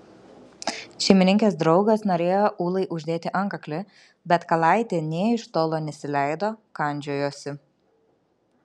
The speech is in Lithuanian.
šeimininkės draugas norėjo ūlai uždėti antkaklį bet kalaitė nė iš tolo nesileido kandžiojosi